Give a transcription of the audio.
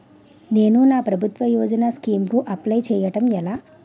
నేను నా ప్రభుత్వ యోజన స్కీం కు అప్లై చేయడం ఎలా?